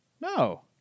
No